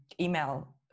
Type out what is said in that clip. email